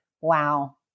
Wow